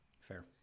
Fair